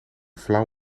flauw